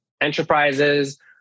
enterprises